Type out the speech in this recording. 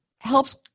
helps